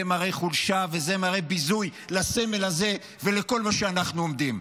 זה מראה חולשה וזה מראה ביזוי לסמל הזה ולכל מה שאנחנו עומדים,